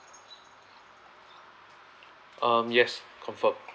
um yes confirm